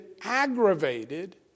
aggravated